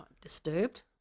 Disturbed